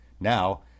Now